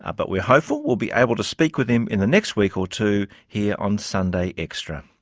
ah but we're hopeful we'll be able to speak with him in the next week or two here on sunday extra.